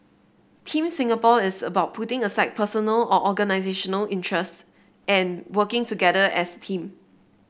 Team Singapore is about putting aside personal or organisational interests and working together as a team